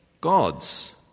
gods